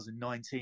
2019